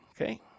okay